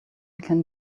can